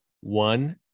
one